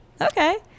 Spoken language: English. Okay